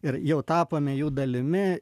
ir jau tapome jų dalimi